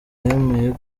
yemeye